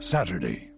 Saturday